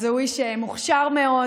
אז הוא איש מוכשר מאוד,